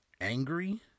angry